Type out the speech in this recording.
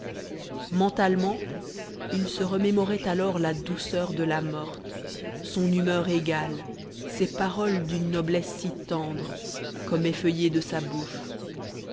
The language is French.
mentalement il se remémorait alors la douceur de la morte son humeur égale ses paroles d'une noblesse si tendre comme effeuillées de sa bouche